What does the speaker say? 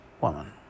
woman